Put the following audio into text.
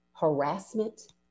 harassment